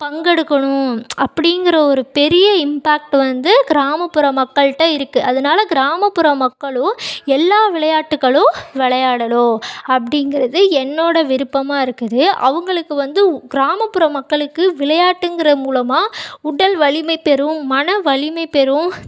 பங்கெடுக்கணும் அப்படிங்கிற ஒரு பெரிய இம்பேக்ட் வந்து கிராமப்புற மக்கள்கிட்ட இருக்குது அதனால கிராமப்புற மக்கள் எல்லா விளையாட்டுகள் விளையாடனு அப்படிங்குறது என்னோடய விருப்பமாக இருக்குது அவங்களுக்கு வந்து கிராமப்புற மக்களுக்கு விளையாட்டுங்கிற மூலமா உடல் வலிமை பெறும் மன வலிமை பெறும்